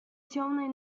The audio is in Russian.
темой